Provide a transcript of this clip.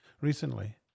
recently